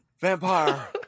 Vampire